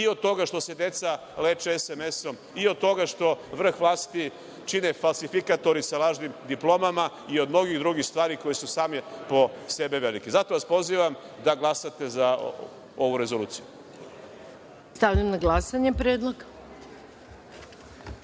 i od toga što se deca leče SMS-om i od toga što vrh vlasti čine falsifikatori sa lažnim diplomama i od mnogih drugih stvari koje su same po sebe veliki. Zato vas pozivam da glasate za ovu rezoluciju. **Maja Gojković** Stavljam